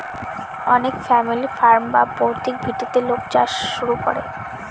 অনেক family farm বা পৈতৃক ভিটেতে লোক চাষ শুরু করে